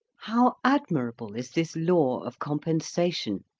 how admirable is this law of compensation!